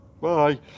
bye